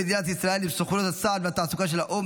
הפסקת יחסי מדינת ישראל עם סוכנות הסעד והתעסוקה של האו"ם